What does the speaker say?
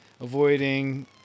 avoiding